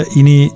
ini